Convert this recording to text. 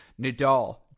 Nadal